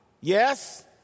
Yes